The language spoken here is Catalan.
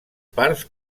parts